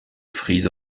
frise